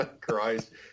Christ